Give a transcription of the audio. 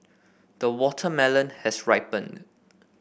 the watermelon has ripened